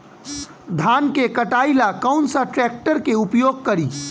धान के कटाई ला कौन सा ट्रैक्टर के उपयोग करी?